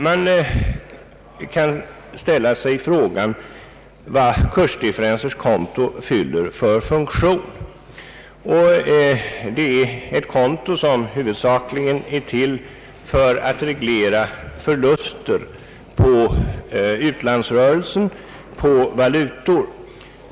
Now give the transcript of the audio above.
Man kan ställa sig frågande till vad kursdifferenskontot fyller för funktion. Det är ett konto som huvudsakligen är till för att reglera förluster på utlandsrörelsens valutor.